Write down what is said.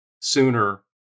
sooner